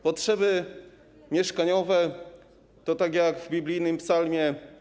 Potrzeby mieszkaniowe to tak jak w biblijnym psalmie.